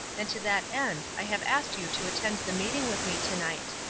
and to that end i have asked you to attend the meeting with me to-night.